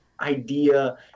idea